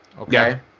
Okay